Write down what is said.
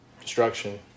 destruction